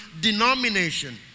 denomination